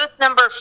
number